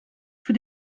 für